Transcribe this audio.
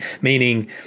Meaning